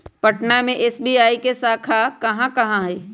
पटना में एस.बी.आई के शाखा कहाँ कहाँ हई